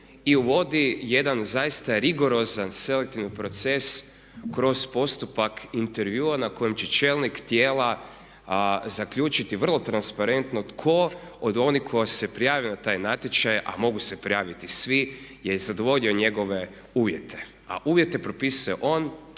i uvodi jedan zaista rigorozan selektivni proces kroz postupak intervjua na kojem će čelnik tijela zaključiti vrlo transparentno tko od onih koji se prijave na taj natječaj a mogu se prijaviti svi, je zadovoljio njegove uvjete. A uvjete propisuje on